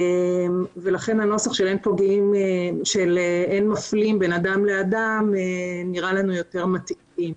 לכן הנוסח שאין מפלים בין אדם לאדם נראה לנו יותר מתאים.